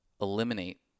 eliminate